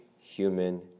human